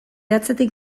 atzetik